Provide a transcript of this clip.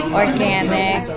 organic